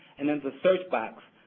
and in the search box,